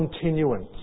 continuance